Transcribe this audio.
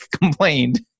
complained